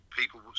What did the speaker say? people